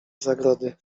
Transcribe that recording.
zagrody